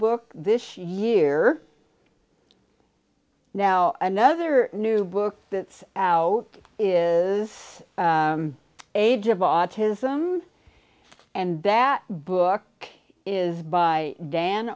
book this year now another new book that's out is age of autism and that book is by dan